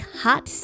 hot